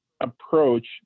approach